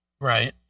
Right